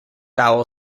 vowel